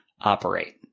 operate